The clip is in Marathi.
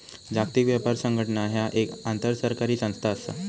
जागतिक व्यापार संघटना ह्या एक आंतरसरकारी संस्था असा